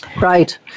Right